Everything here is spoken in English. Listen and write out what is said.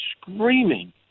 screaming